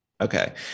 Okay